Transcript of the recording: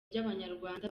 ry’abanyarwanda